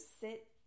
sit